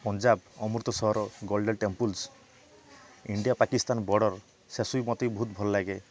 Punjab Amritsar golden temples India Pakistan border ସେ ସବୁ ମତେ ବି ବହୁତ ଭଲ ଲାଗେ